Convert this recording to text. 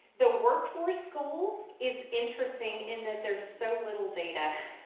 the workforce goal is interesting in that there's so little data